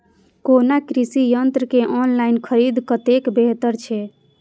कोनो कृषि यंत्र के ऑनलाइन खरीद कतेक बेहतर छै?